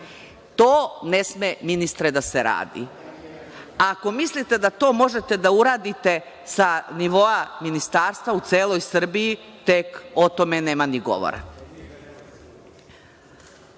To ne sme ministre da se radi, ako mislite da to možete da uradite sa nivoa ministarstva u celoj Srbiji, tek o tome nema ni govora. Što